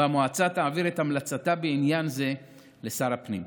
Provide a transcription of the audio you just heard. והמועצה תעביר את המלצתה בעניין זה לשר הפנים.